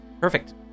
Perfect